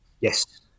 Yes